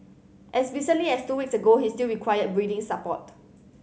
as recently as two weeks ago he still required breathing support